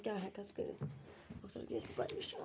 کیاہ ہیٚکَس کٔرِتھ موٚکھثَر گٔیَس بہٕ پَریشان